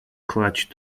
clutch